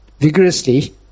vigorously